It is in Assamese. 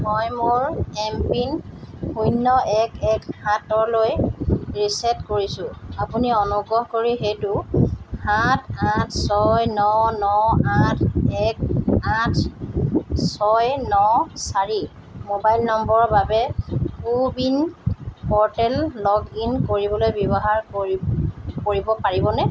মই মোৰ এম পিন শূণ্য এক এক সাতলৈ ৰিচেট কৰিছোঁ আপুনি অনুগ্ৰহ কৰি সেইটো সাত আঠ ছয় ন ন আঠ এক আঠ ছয় ন চাৰি মোবাইল নম্বৰৰ বাবে কোৱিন প'ৰ্টেলত লগ ইন কৰিবলৈ ব্যৱহাৰ কৰি কৰিব পাৰিবনে